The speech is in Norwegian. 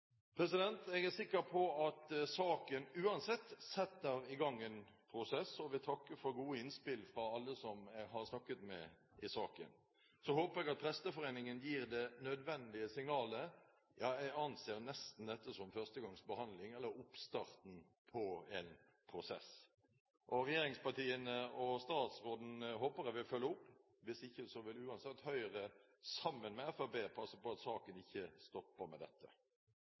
Jeg er sikker på at saken uansett setter i gang en prosess og vil takke for gode innspill fra alle som jeg har snakket med i forbindelse med saken. Så håper jeg at Presteforeningen gir det nødvendige signalet. Jeg anser dette nesten som en førstegangsbehandling, eller oppstarten på en prosess. Jeg håper regjeringspartiene og statsråden vil følge opp. Hvis ikke vil uansett Høyre, sammen med Fremskrittspartiet, passe på at saken ikke stopper med dette.